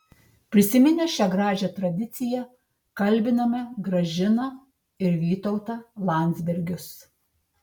prisiminę šią gražią tradiciją kalbiname gražiną ir vytautą landsbergius